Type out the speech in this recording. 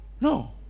No